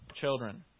children